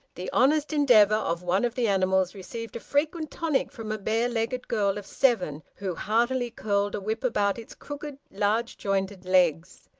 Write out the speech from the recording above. the honest endeavour of one of the animals received a frequent tonic from a bare-legged girl of seven who heartily curled a whip about its crooked large-jointed legs.